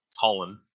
Holland